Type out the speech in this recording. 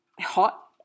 hot